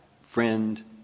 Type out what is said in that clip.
friend